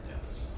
Yes